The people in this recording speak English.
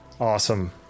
Awesome